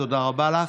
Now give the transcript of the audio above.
תודה רבה לך.